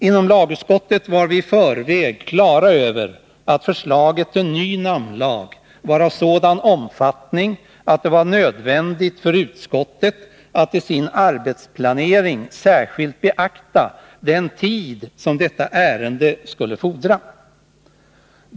Inom lagutskottet var vi i förväg på det klara med att förslaget till ny namnlag var av sådan omfattning att det var nödvändigt för utskottet att i sin arbetsplanering särskilt beakta den tid som detta ärende skulle fordra.